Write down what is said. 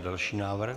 Další návrh.